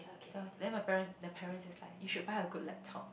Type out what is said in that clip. then I was then my parent the parent is like you should buy a good laptop